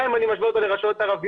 גם אם אני משווה אותה לרשויות ערביות.